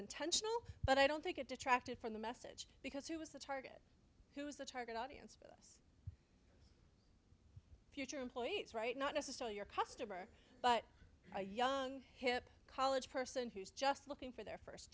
intentional but i don't think it detracted from the message because who is the target who's the target audience for future employees right not necessarily your customer but a young hip college person who's just looking for their first